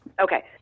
okay